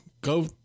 go